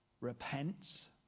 Repent